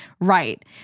right